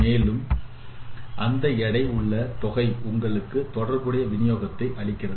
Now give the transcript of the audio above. மேலும் அந்த எடை உள்ள தொகை உங்களுக்கு தொடர்புடைய வினியோகத்தை அளிக்கிறது